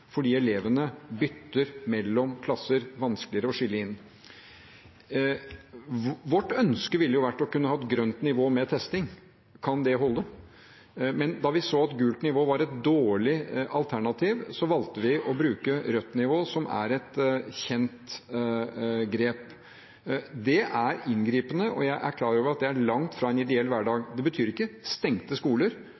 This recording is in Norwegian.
fordi elevene bytter mellom klasser, det er vanskeligere å skille. Vårt ønske ville vært å kunne hatt grønt nivå med testing – kan det holde? – men da vi så at gult nivå var et dårlig alternativ, valgte vi å bruke rødt nivå, som er et kjent grep. Det er inngripende, og jeg er klar over at det er langt fra en ideell hverdag.